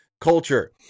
culture